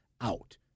out